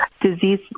disease